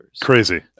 Crazy